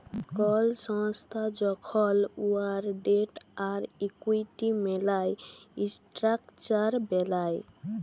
call সংস্থা যখল উয়ার ডেট আর ইকুইটি মিলায় ইসট্রাকচার বেলায়